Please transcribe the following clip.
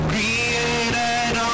Created